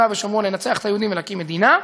ושומרון לנצח את היהודים ולהקים מדינה.